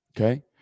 Okay